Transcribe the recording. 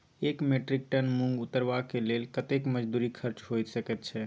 एक metric ton मूंग उतरबा के लेल कतेक मजदूरी खर्च होय सकेत छै?